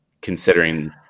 considering